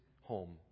home